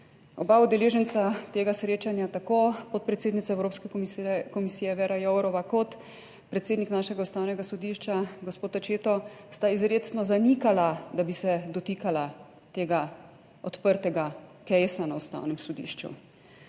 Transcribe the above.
Oba udeleženca tega srečanja, tako podpredsednica Evropske komisije Věra Jourová kot predsednik našega Ustavnega sodišča gospod Accetto, sta izrecno zanikala, da bi se dotikala tega odprtega »case-a« na Ustavnem sodišču.